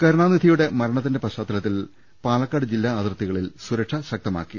കരുണാനിധിയുടെ മരണത്തിന്റെ പശ്ചാത്തലത്തിൽ പാലക്കാട് ജില്ലാ അതിർത്തികളിൽ സുർക്ഷ ശക്തമാക്കി